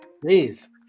Please